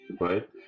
right